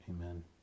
Amen